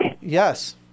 Yes